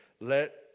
let